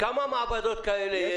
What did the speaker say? כמה מעבדות כאלה יש?